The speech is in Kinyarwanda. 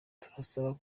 turabasaba